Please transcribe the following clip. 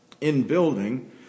in-building